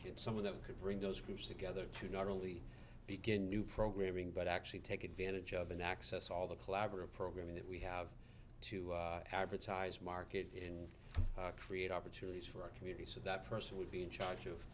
hit some of them could bring those groups together to not only begin new programming but actually take advantage of an access all the collaborative programming that we have to advertise market in create opportunities for our community so that person would be in charge of